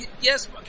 yes